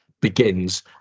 begins